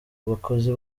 bakozi